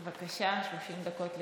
בבקשה, 30 דקות לרשותך.